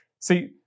See